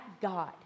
God